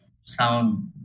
sound